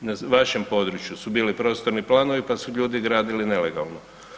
Na vašem području su bili prostorni planovi, pa su ljudi gradili nelegalno.